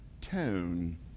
tone